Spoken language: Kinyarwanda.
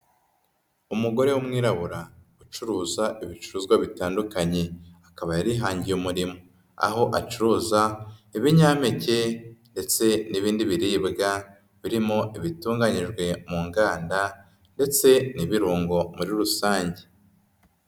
Umugore w'umwirabura ucuruza ibicuruzwa bitandukanye akaba yarihangiye umurimo, aho acuruza ibinyampeke ndetse n'ibindi biribwa birimo ibitunganyijwe mu nganda ndetse n'ibirungo muri rusange.